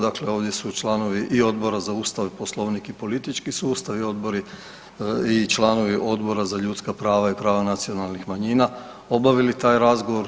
Dakle, ovdje su članovi i Odbora za Ustav i Poslovnik i politički sustav i članovi Odbora za ljudska prava i prava nacionalnih manjina obavili taj razgovor.